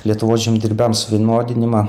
lietuvos žemdirbiams vienodinimą